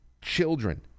Children